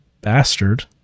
bastard